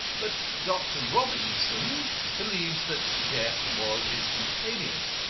but dr. robinson believes that death was instantaneous.